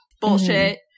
Bullshit